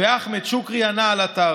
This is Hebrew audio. "ואחמד שוקיירי ענה על אתר: